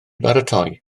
baratoi